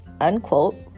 unquote